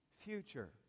Future